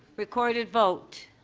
recorded vote.